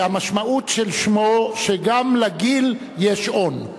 שהמשמעות של שמו, שגם לגיל יש און,